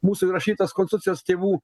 mūsų įrašytas konstitucijos tėvų